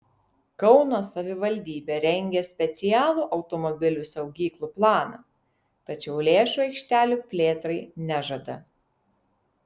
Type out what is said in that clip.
kauno savivaldybė rengia specialų automobilių saugyklų planą tačiau lėšų aikštelių plėtrai nežada